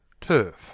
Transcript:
Turf